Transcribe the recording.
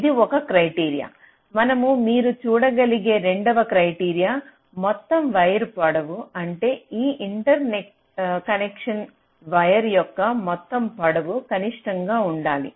ఇది ఒక క్రైటీరియా మరియు మీరు చూడగలిగే రెండవ క్రైటీరియా మొత్తం వైర్ పొడవు అంటే నా ఇంటర్కనెక్షన్ వైర్ యొక్క మొత్తం పొడవు కనిష్టంగా ఉండాలి